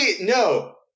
no